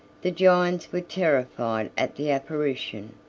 the giants were terrified at the apparition,